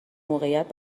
موقعیت